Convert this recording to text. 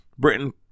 Britain